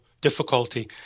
difficulty